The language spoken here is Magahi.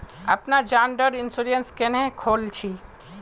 अपना जान डार इंश्योरेंस क्नेहे खोल छी?